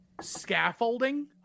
Scaffolding